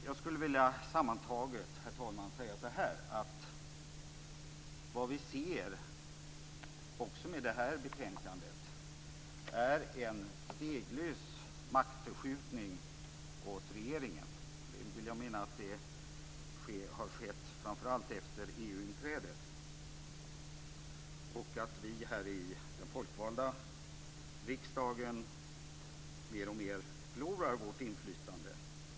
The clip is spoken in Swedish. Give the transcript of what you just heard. Jag skulle sammantaget, herr talman, vilja säga att vi, också med det här betänkandet, ser en steglös maktförskjutning åt regeringens sida. Jag vill mena att det har skett framför allt efter EU-inträdet och att vi här i den folkvalda riksdagen mer och mer förlorar vårt inflytande.